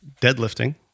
deadlifting